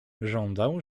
żądał